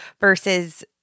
versus